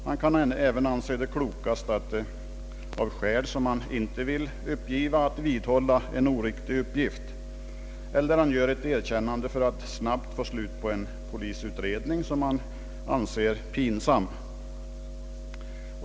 Han kan även anse det klokast, av skäl som han inte vill uppgiva, att vidhålla en oriktig uppgift. Dessutom kan han göra ett erkännande för att snabbt få slut på en polisutredning som han anser pinsam.